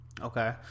Okay